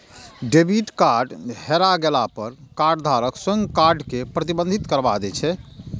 debit card हेरा गेला पर कार्डधारक स्वयं कार्ड कें प्रतिबंधित करबा दै छै